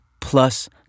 plus